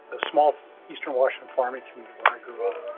a small eastern washington farming community where i grew up.